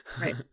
Right